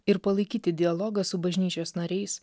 ir palaikyti dialogą su bažnyčios nariais